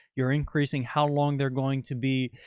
you're increasing how long they're going to be,